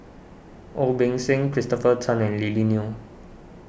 Ong Beng Seng Christopher Tan and Lily Neo